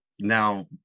now